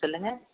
சொல்லுங்கள்